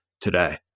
today